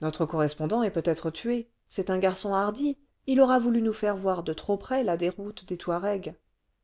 notre correspondant est peut-être tué c'est un garçon hardi il aura voulu nous faire voir de trop près la déroute des touaregs